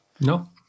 No